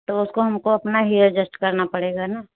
तो अपना ही एडजस्ट करना पड़ेगा न